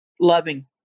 loving